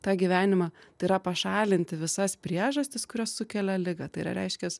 tą gyvenimą tai yra pašalinti visas priežastis kurios sukelia ligą tai yra reiškias